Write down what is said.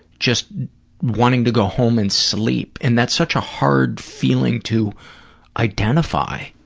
just wanting to go home and sleep and that's such a hard feeling to identify.